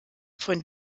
von